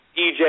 EJ